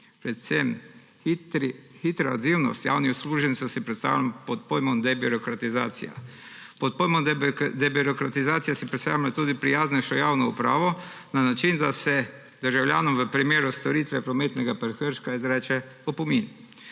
predvsem hitro odzivnost javnih uslužbencev si predstavljam pod pojmom debirokratizacija. Pod pojmom debirokratizacija si predstavljamo tudi prijaznejše javno upravo na način, da se državljanom v primeru storitve prometnega prekrška izreče opomin.